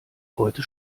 heute